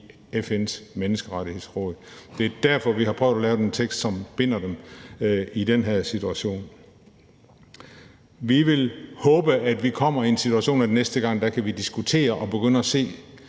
i FN's Menneskerettighedsråd. Det er derfor, vi har prøvet at lave den tekst, som binder dem i den her situation. Vi vil håbe, at vi næste gang kommer i en situation, hvor vi kan diskutere og begynde at se